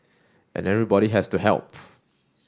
and everybody has to help